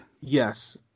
Yes